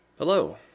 Hello